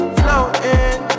floating